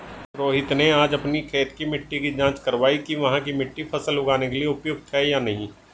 रोहित ने आज अपनी खेत की मिट्टी की जाँच कारवाई कि वहाँ की मिट्टी फसल उगाने के लिए उपयुक्त है या नहीं